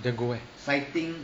then go where